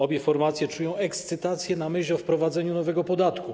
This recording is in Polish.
Obie formacje czują ekscytację na myśl o wprowadzeniu nowego podatku.